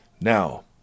Now